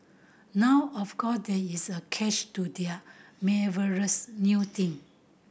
now of course there is a catch to their marvellous new thing